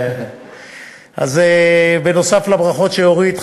אז נוסף על הברכות שאורית,